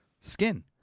skin